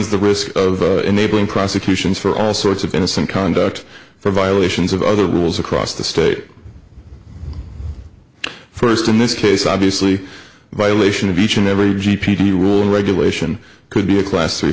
the risk of enabling prosecutions for all sorts of innocent conduct for violations of other rules across the state first in this case obviously violation of each and every g p g one regulation could be a class